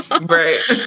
Right